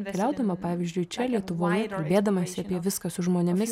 keliaudama pavyzdžiui čia lietuvoje ir kalbėdamasi apie viską su žmonėmis